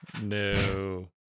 No